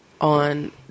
on